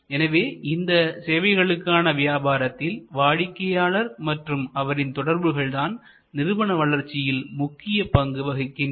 எனவே இந்த சேவைகளுக்கான வியாபாரத்தில் வாடிக்கையாளர் மற்றும் அவரின் தொடர்புகள் தான் நிறுவன வளர்ச்சியில் முக்கிய பங்கு வருகின்றனர்